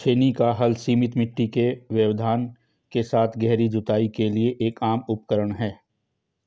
छेनी का हल सीमित मिट्टी के व्यवधान के साथ गहरी जुताई के लिए एक आम उपकरण है